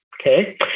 okay